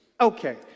Okay